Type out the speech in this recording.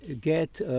get